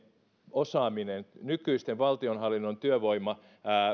osaaminen ja nykyisten valtionhallinnon